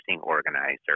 organizer